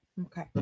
Okay